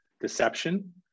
deception